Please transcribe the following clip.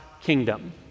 kingdom